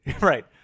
Right